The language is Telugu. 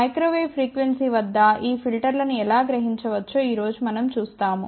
మైక్రో వేవ్ ఫ్రీక్వెన్సీ వద్ద ఈ ఫిల్టర్ లను ఎలా గ్రహించవచ్చో ఈ రోజు మనం చూస్తాము